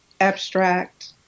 abstract